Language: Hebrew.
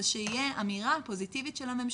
זה שיהיה אמירה פוזיטיבית של הממשלה,